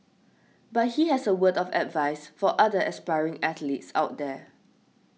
but he has a word of advice for other aspiring athletes out there